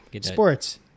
Sports